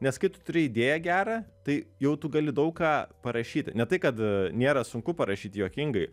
nes kai tu turi idėją gerą tai jau tu gali daug ką parašyti ne tai kad nėra sunku parašyti juokingai